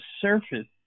surface